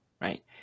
right